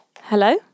hello